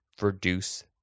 reduce